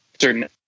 certain